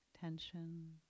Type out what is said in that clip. tension